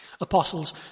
apostles